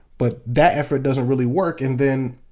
but that effort doesn't really work. and then,